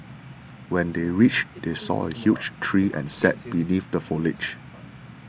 when they reached they saw a huge tree and sat beneath the foliage